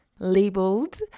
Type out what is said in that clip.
labeled